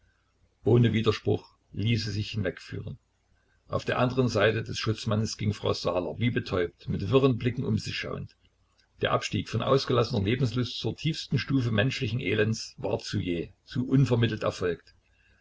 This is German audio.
ohne widerspruch ließ sie sich hinwegführen auf der anderen seite des schutzmanns ging frau saaler wie betäubt mit wirren blicken um sich schauend der abstieg von ausgelassener lebenslust zur tiefsten stufe menschlichen elends war zu jäh zu unvermittelt erfolgt